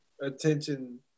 attention